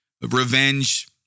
Revenge